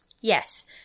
Yes